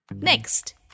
Next